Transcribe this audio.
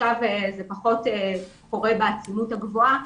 בחודש מארס טיפלתי ועכשיו זה פחות קורה בעצימות הגבוהה.